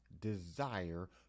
desire